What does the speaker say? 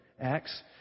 Acts